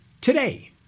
today